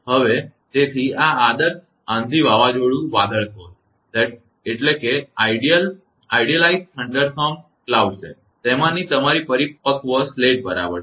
તેથી હવે આ આદર્શ આંધી વાવાઝોડું વાદળ કોષ છે તેમાંની તમારી પરિપક્વ સ્લેટ બરાબર છે